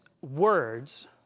words